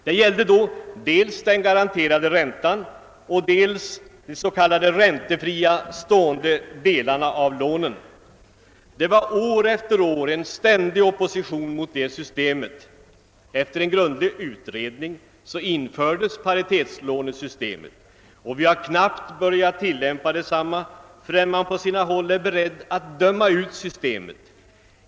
Det gällde dels den garanterade räntan, dels de s.k. räntefria stående delarna av lånen. År efter år har vi mött en ständig opposition mot det systemet. Efter grundlig utredning infördes så paritetslånesystemet, och knappt har vi hunnit börja tillämpa det förrän man på sina håll är beredd att döma ut systemet.